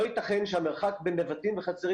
לא יתכן שהמרחק בין נבטים וחצרים,